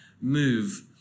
move